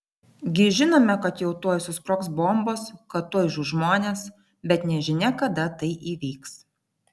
gi žinome kad jau tuoj susprogs bombos kad tuoj žus žmonės bet nežinia kada tas įvyks